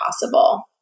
possible